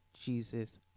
Jesus